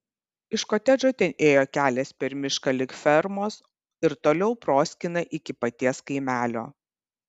iš kotedžo ten ėjo kelias per mišką lig fermos ir toliau proskyna iki paties kaimelio